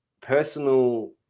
personal